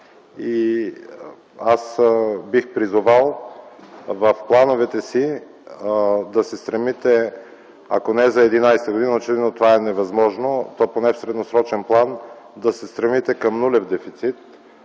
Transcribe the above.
Бих призовал в плановете си да се стремите, ако не за 2011 г., защото това е невъзможно, то поне в средносрочен план да се стремите към нулев дефицит,